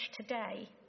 today